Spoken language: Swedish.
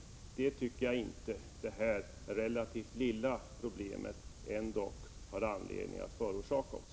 Jag tycker inte att det här relativt lilla problemet skall behöva leda till någonting sådant.